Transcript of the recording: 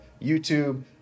YouTube